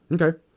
Okay